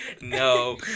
No